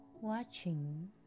watching